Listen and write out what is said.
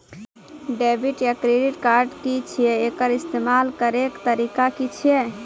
Debit या credit card की छियै? एकर इस्तेमाल करैक तरीका की छियै?